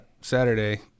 Saturday